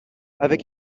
avec